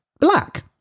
black